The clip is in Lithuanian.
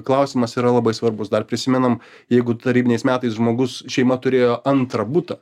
klausimas yra labai svarbus dar prisimenam jeigu tarybiniais metais žmogus šeima turėjo antrą butą